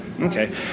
Okay